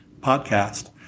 podcast